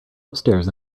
upstairs